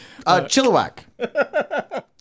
Chilliwack